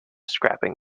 scrapping